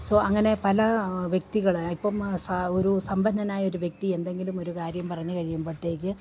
so അങ്ങനെ പല വ്യക്തികള് ഇപ്പം ഒരു സമ്പന്നനായ ഒരു വ്യക്തി എന്തെങ്കിലും ഒരു കാര്യം പറഞ്ഞ് കഴിയുമ്പോഴത്തേക്ക്